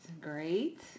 great